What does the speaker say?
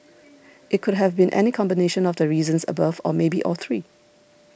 it could have been any combination of the reasons above or maybe all three